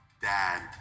dad